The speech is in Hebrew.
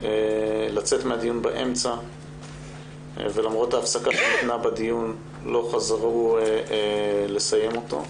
לצאת מן הדיון באמצע ולמרות ההפסקה שניתנה בדיון לא חזרה לסיים אותו.